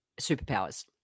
superpowers